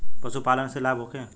पशु पालन से लाभ होखे?